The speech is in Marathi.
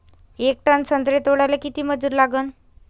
येक टन संत्रे तोडाले किती मजूर लागन?